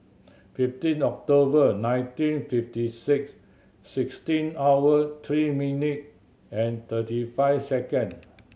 fifteen October nineteen fifty six sixteen hour three minute and thirty five second